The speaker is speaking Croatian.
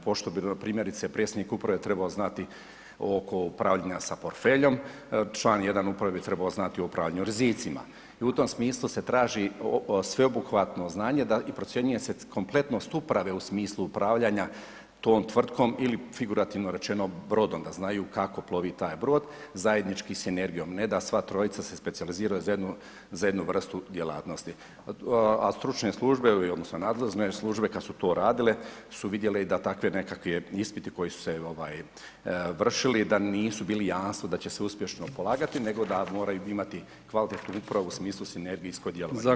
Pošto bi, primjerice predsjednik uprave trebao znato oko upravljanja sa portfeljem, član jedne uprave bi trebao znati o upravljanju rizicima i u tom smislu se traži sveobuhvatno znanje i procjenjuje se kompletnost uprave u smislu upravljanja tom tvrtkom ili figurativno rečeno, brodom, da znaju kako plovi taj brod zajednički sinergijom, ne da sva trojica se specijaliziraju za jednu vrstu djelatnosti, a stručne službe, odnosno nadležne službe kad su to radile su vidjeli da takvi nekakvi ispiti koji su se vršili, da nisu bili jamstvo da će se uspješno polagati, nego da moraju imati kvalitetnu upravu u smislu sinergijskog djelovanja.